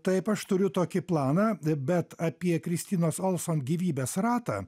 taip aš turiu tokį planą bet apie kristinos olson gyvybės ratą